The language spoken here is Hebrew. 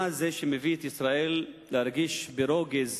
מה מביא את ישראל להרגיש ברוגז